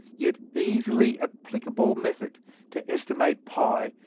yet easily applicable method to estimate pi,